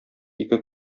ике